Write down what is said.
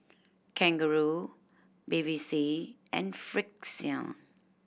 Kangaroo Bevy C and Frixion